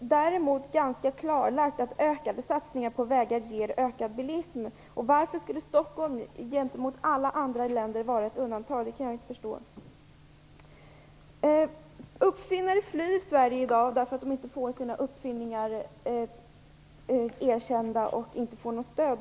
Däremot är det ganska klarlagt att ökade satsningar på vägar ger ökad bilism. Varför skulle Stockholm gentemot alla andra städer vara ett undantag? Det kan jag inte förstå. Uppfinnare flyr Sverige i dag därför att de inte får sina uppfinningar erkända och inte får något stöd.